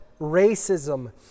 racism